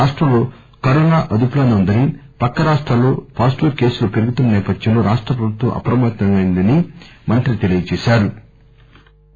రాష్టంలో కరోనా అదుపులోసే ఉందని పక్క రాష్టాల్లో పాజిటివ్ కేసులు పెరుగుతున్న నేపథ్యంలో రాష్ట ప్రభుత్వం అప్రమత్తమైందని మంత్రి తెలిపారు